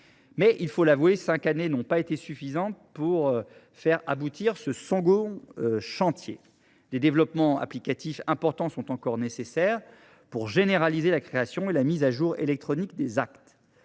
Mais – il faut l’avouer – cinq années n’ont pas été suffisantes pour faire aboutir ce chantier. D’importants développements applicatifs sont encore nécessaires pour généraliser la création et la mise à jour électroniques des actes.